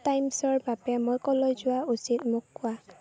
টাইমছৰ বাবে মই ক'লৈ যোৱা উচিত মোক কোৱা